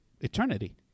eternity